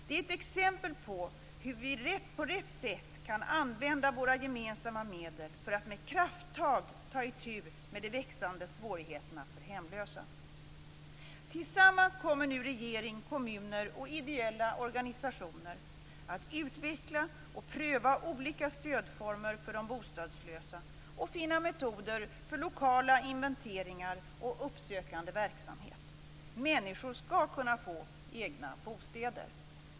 Det är ett bra exempel på hur vi på rätt sätt kan använda våra gemensamma medel för att med krafttag ta itu med de växande svårigheterna för hemlösa. Tillsammans kommer nu regering, kommuner och ideella organisationer att utveckla och pröva olika stödformer för de bostadslösa och finna metoder för lokala inventeringar och uppsökande verksamhet. Människor skall kunna få egna bostäder!